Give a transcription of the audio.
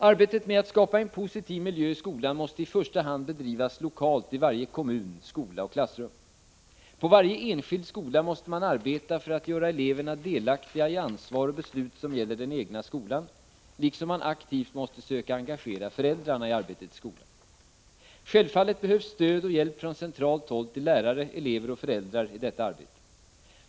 Arbetet med att skapa en positiv miljö i skolan måste i första hand bedrivas lokalt i varje kommun, skola och klassrum. På varje enskild skola måste man arbeta för att göra eleverna delaktiga i ansvar och beslut som gäller den egna skolan, liksom man aktivt måste söka engagera föräldrarna i arbetet i skolan. Självfallet behövs stöd och hjälp från centralt håll till lärare, elever och föräldrar i detta arbete.